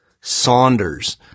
Saunders